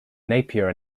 napier